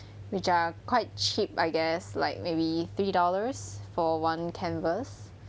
which are quite cheap I guess like maybe three dollars for one canvas